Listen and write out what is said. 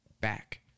back